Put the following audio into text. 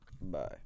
Bye